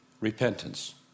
repentance